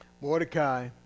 Mordecai